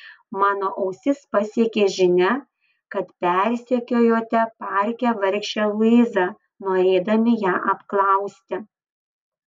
mano ausis pasiekė žinia kad persekiojote parke vargšę luizą norėdami ją apklausti